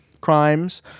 crimes